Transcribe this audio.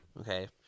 Okay